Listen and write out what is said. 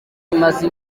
imaze